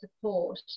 support